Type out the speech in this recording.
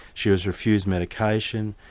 she was refused medication,